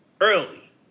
early